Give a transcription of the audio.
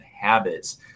habits